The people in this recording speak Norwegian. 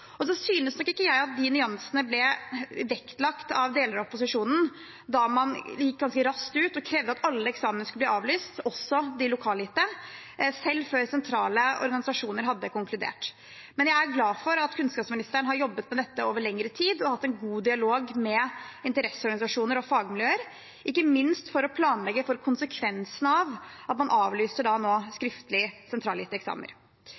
synes nok ikke at de nyansene ble vektlagt av deler av opposisjonen da man gikk ganske raskt ut og krevde at alle eksamener skulle bli avlyst, også de lokalgitte, selv før sentrale organisasjoner hadde konkludert. Men jeg er glad for at kunnskapsministeren har jobbet med dette over lengre tid og hatt en god dialog med interesseorganisasjoner og fagmiljøer, ikke minst for å planlegge for konsekvensene av at man nå avlyser skriftlige sentralgitte eksamener. Nå